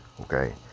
okay